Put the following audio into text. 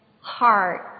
heart